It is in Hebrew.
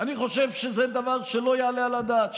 אני חושב שזה דבר שלא יעלה על הדעת,